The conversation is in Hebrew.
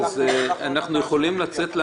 אנחנו לא נערוף את ראשך בנסיבה מחמירה.